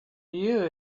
you